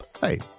hey